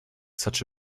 such